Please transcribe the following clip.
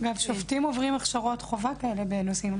גם שופטים עוברים הכשרות חובה כאלה בנושאים,